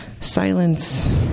Silence